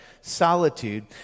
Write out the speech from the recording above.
solitude